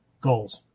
goals